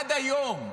עד היום,